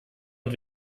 und